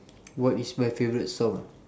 what is my favourite song